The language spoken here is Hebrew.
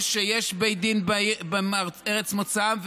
או שיש בית דין בארץ מוצאם,